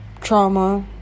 trauma